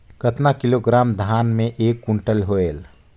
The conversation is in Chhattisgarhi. कतना किलोग्राम धान मे एक कुंटल होयल?